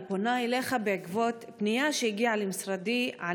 אני פונה אליך בעקבות פנייה שהגיעה למשרדי על